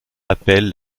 appelle